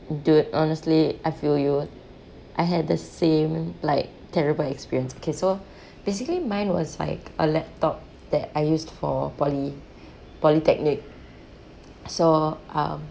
dude honestly I feel you I had the same like terrible experience okay so basically mine was like a laptop that I used for poly polytechnic so um